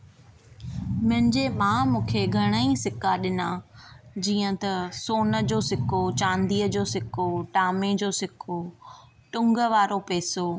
मुंहिंजे माउ मूंखे घणाई सिका ॾिना जीअं त सोन जो सिको चांदीअ जो सिको टामे जो सिको टुंगु वारो पैसो